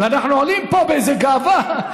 ואנחנו עולים לפה באיזו גאווה,